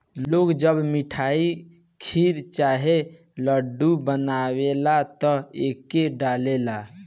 लोग जब मिठाई, खीर चाहे लड्डू बनावेला त एके डालेला